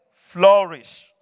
flourish